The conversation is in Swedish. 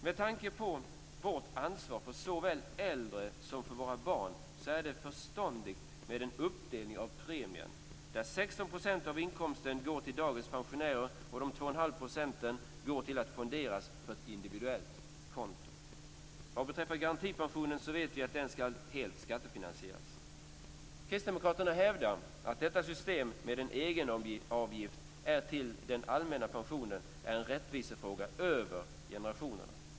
Med tanke på vårt ansvar för såväl våra äldre som våra barn är det förståndigt med en uppdelning av premien så att 16 % av inkomsten går till dagens pensionärer och att 2,5 % fonderas på ett individuellt konto. Garantipensionen skall helst skattefinansieras. Kristdemokraterna hävdar att detta system med en egenavgift även till den allmänna pensionen är en rättvisefråga över generationerna.